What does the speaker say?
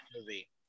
movie